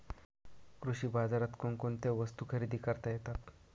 कृषी बाजारात कोणकोणत्या वस्तू खरेदी करता येतात